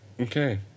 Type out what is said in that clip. Okay